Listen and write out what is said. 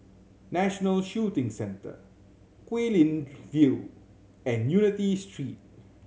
National Shooting Centre Guilin View and Unity Street